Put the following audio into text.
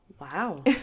Wow